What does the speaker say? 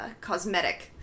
cosmetic